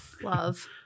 Love